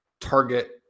target